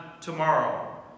tomorrow